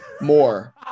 more